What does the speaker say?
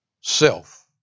self